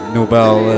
Nobel